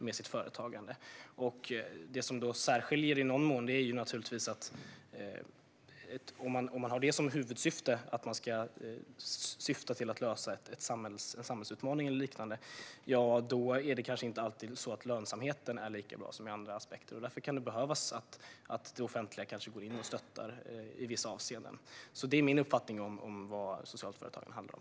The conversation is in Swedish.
Om huvudsyftet är att man ska lösa en samhällsutmaning eller liknande blir lönsamheten kanske inte alltid lika bra som i andra företag. Därför kan det behövas att det offentliga går in och stöttar i vissa avseenden. Det är min uppfattning om vad sociala företag handlar om.